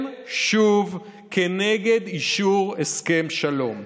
כן, שוב, נגד אישור הסכם שלום,